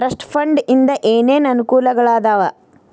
trust fund ಇಂದ ಏನೇನ್ ಅನುಕೂಲಗಳಾದವ